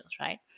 right